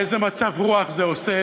איזה מצב רוח זה עושה,